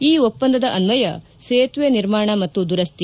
ಈ ಒಪ್ಪಂದದ ಅನ್ವಯ ಸೇತುವೆ ನಿರ್ಮಾಣ ಮತ್ತು ದುರಸ್ತಿ